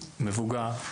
מבוגר,